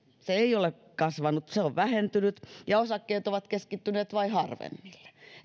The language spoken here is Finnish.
se ei ole kasvanut se on vähentynyt ja osakkeet ovat keskittyneet vain harvemmille